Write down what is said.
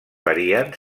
varien